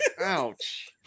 ouch